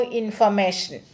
information